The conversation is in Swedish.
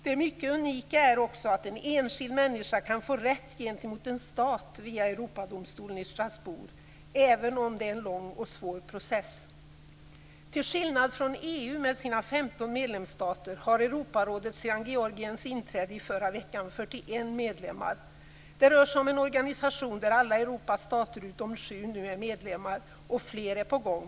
Det mycket unika är också att en enskild människa kan få rätt gentemot en stat via Europadomstolen i Strasbourg även om det är en lång och svår process. Till skillnad från EU, som har 15 medlemsstater, har Europarådet sedan Georgiens inträde i förra veckan 41 medlemmar. Det rör sig om en organisation där alla Europas stater utom sju nu är medlemmar, och fler är på gång.